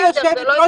גברתי יושבת-הראש,